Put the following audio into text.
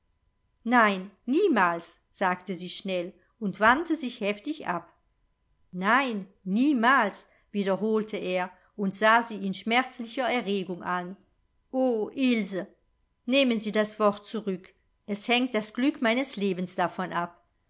nein niemals sagte sie schnell und wandte sich heftig ab nein niemals wiederholte er und sah sie in schmerzlicher erregung an o ilse nehmen sie das wort zurück es hängt das glück meines lebens davon ab